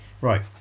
right